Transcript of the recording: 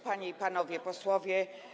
Panie i Panowie Posłowie!